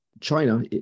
China